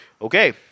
Okay